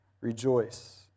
Rejoice